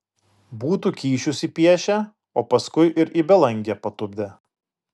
būtų kyšius įpiešę o paskui ir į belangę patupdę